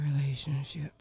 relationship